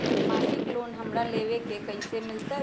मासिक लोन हमरा लेवे के हई कैसे मिलत?